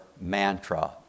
mantra